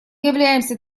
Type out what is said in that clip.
являемся